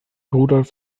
rudolf